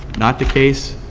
not the case.